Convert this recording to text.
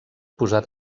posat